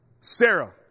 Sarah